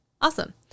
Awesome